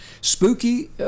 Spooky